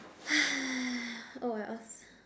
oh wells